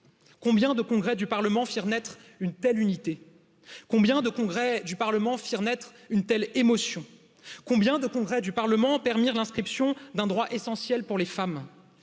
combien de congrès du Parlement firent naître une telle unité, combien de congrès du Parlement, firent naître une telle émotion, combien de congrès du Parlement permirent l'inscription d'un droit essentiel pour les femmes,